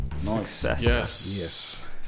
Yes